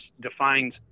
defines